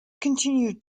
continued